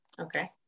okay